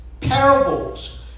parables